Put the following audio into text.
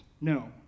No